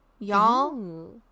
Y'all